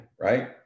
right